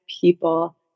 people